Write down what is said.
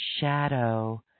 shadow